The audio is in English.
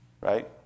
Right